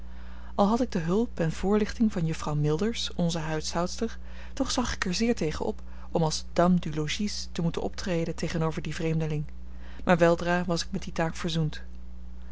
al had ik de hulp en voorlichting van juffrouw milders onze huishoudster toch zag ik er zeer tegen op om als dame du logis te moeten optreden tegenover dien vreemdeling maar weldra was ik met die taak verzoend